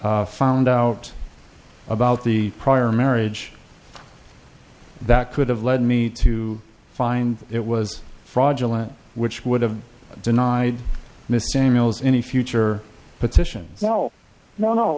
have found out about the prior marriage that could have led me to find it was fraudulent which would have denied mr e mails any future petition no no no